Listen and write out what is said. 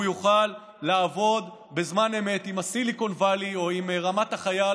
יוכל לעבוד בזמן אמת עם עמק הסיליקון או עם רמת החייל,